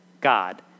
God